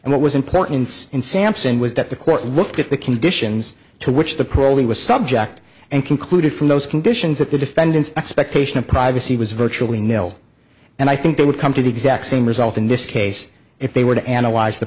and what was important in sampson was that the court looked at the conditions to which the calling was subject and concluded from those conditions that the defendant's expectation of privacy was virtually nil and i think it would come to the exact same result in this case if they were to analyze the